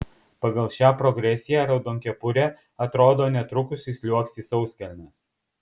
pagal šią progresiją raudonkepurė atrodo netrukus įsliuogs į sauskelnes